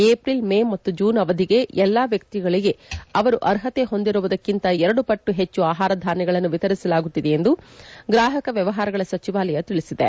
April May ಮತ್ತು June ಅವಧಿಗೆ ಎಲ್ಲ ವ್ಯಕ್ತಿಗಳಿಗೆ ಅವರು ಅರ್ಹತೆ ಹೊಂದಿರುವುದಕ್ಕಿಂತ ಎರದು ಪಟ್ಟು ಹೆಚ್ಚು ಆಹಾರ ಧಾನ್ಯಗಳನ್ನು ವಿತರಿಸಲಾಗುತ್ತಿದೆ ಎಂದು ಗ್ರಾಹಕರ ವ್ಯವಹಾರಗಳ ಸಚಿವಾಲಯ ತಿಳಿಸಿದೆ